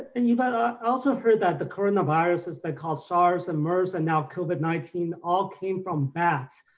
and eva, i also heard that the coronaviruses that cause sars and mers and now covid nineteen all came from bats.